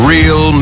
Real